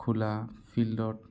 খোলা ফিল্ডত